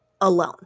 alone